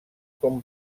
com